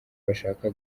bashaka